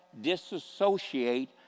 disassociate